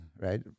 right